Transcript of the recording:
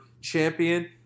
champion